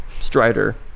Strider